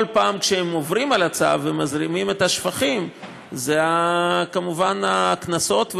כל פעם כשהם עוברים על הצו ומזרימים שפכים זה כמובן גורר קנסות,